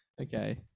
Okay